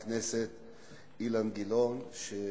מג'אדלה, אחריו, את אילן גילאון, נחמן שי,